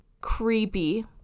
Creepy